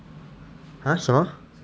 !huh! 什么